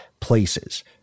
places